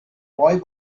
boy